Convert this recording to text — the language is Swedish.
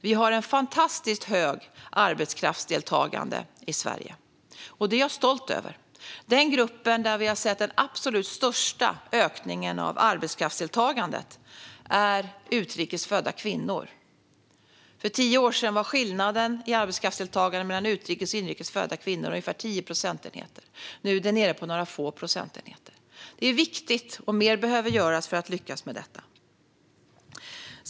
Vi har ett fantastiskt högt arbetskraftsdeltagande i Sverige, och det är jag stolt över. Den grupp som står för den absolut största ökningen av arbetskraftsdeltagandet är utrikes födda kvinnor. För tio år sedan var skillnaden i arbetskraftsdeltagande mellan utrikes födda kvinnor och inrikes födda kvinnor ungefär 10 procentenheter. Nu är det nere på några få procentenheter. Det är viktigt, och mer behöver göras för att lyckas med detta.